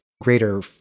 greater